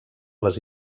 les